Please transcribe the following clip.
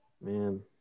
Man